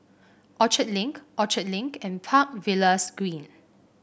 Orchard Link Orchard Link and Park Villas Green